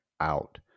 Out